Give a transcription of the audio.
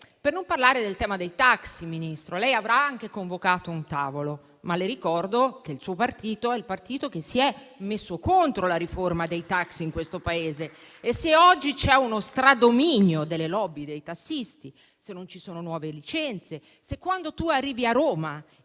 in questo racconto). Ministro, lei avrà anche convocato un tavolo, ma le ricordo che il suo è il partito che si è messo contro la riforma dei taxi in questo Paese e, se oggi c'è uno strapotere delle *lobby* dei tassisti, se non ci sono nuove licenze, se, quando si arriva a Roma